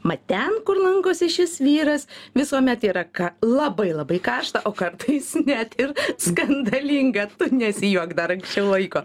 mat ten kur lankosi šis vyras visuomet yra ka labai labai karšta o kartais net ir skandalinga tu nesijuok dar anksčiau laiko